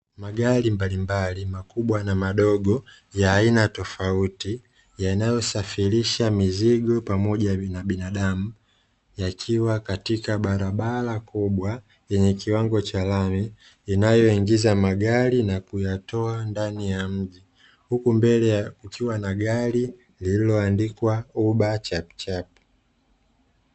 Magari mbalimbali makubwa na madogo ya aina tofauti yanayosafirisha mizigo pamoja na binadamu yakiwa katika barabara kubwa yenye kiwango cha lami inayoingiza magari na kuyatoa ndani ya mji huku mbele kukiwa na gari lililoandikwa "Uber chapchap" .